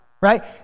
right